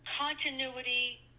continuity